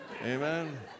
Amen